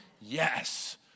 Yes